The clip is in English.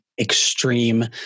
extreme